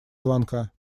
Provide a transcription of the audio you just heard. звонка